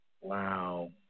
Wow